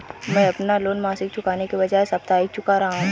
मैं अपना लोन मासिक चुकाने के बजाए साप्ताहिक चुका रहा हूँ